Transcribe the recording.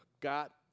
got